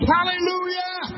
Hallelujah